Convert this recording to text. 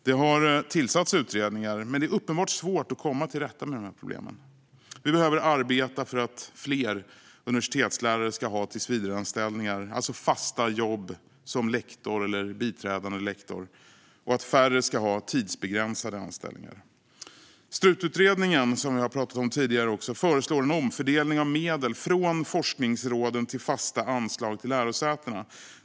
Det har tillsatts utredningar, men det är uppenbart svårt att komma till rätta med problemen. Vi behöver arbeta för att fler universitetslärare ska ha tillsvidareanställningar, alltså fasta jobb som lektor eller biträdande lektor, och att färre ska ha tidsbegränsade anställningar. Strututredningen, som vi tidigare har talat om, föreslår en omfördelning av medel från forskningsråden till fasta anslag till lärosätena.